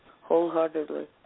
wholeheartedly